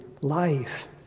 life